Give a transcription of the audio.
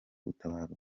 gutabaruka